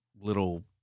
little